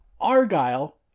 Argyle